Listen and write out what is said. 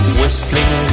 whistling